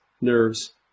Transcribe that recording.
nerves